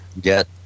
get